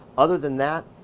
other than that,